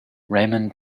raymond